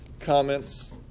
comments